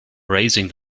raising